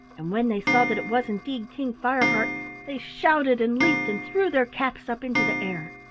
and when they saw that it was indeed king fireheart they shouted and leaped and threw their caps up into the air.